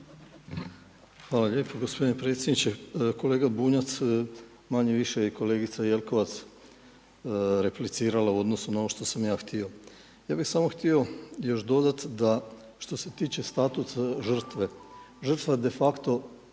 Hvala lijepo gospodine predsjedniče. Kolega Bunjac, manje-više i kolegica Jelkovac je replicirala u odnosu na ono što sam ja htio. Ja bih samo još htio dodati da što se tiče status žrtve, žrtva de facto